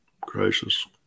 Gracious